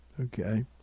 Okay